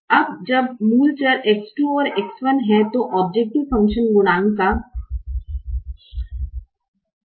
अब जब मूल चर X 2 और X 1 हैं तो औब्जैकटिव फंकशन गुणांक का मान क्रमशः 9 और 10 हैं